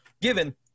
Given